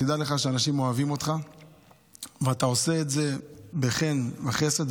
תדע לך שאנשים אוהבים אותך ואתה עושה את זה בחן וחסד.